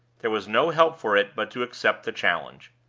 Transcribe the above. there was no help for it but to accept the challenge.